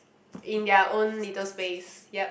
in their own little space yup